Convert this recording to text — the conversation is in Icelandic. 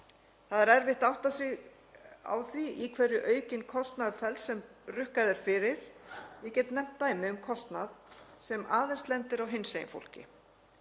Það er erfitt að átta sig á því í hverju aukinn kostnaður felst sem rukkað er fyrir. Ég get nefnt dæmi um kostnað sem aðeins lendir á hinsegin fólki